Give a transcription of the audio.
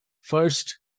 First